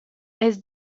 eis